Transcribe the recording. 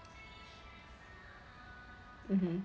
mmhmm